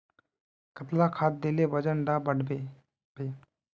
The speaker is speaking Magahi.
कतला खाद देले वजन डा बढ़बे बे?